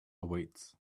awaits